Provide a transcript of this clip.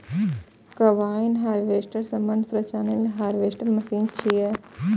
combine harvester सबसं प्रचलित harvester machine छियै